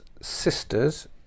sisters